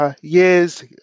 years